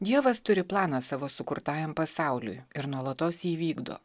dievas turi planą savo sukurtajam pasauliui ir nuolatos įvykdo